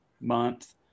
month